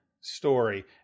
story